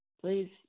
Please